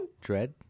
Dread